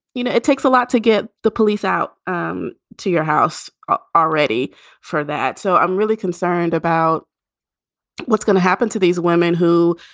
you know, it takes a lot to get the police out um to your house already for that so i'm really concerned about what's going to happen to these women who